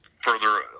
further